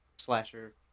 Slasher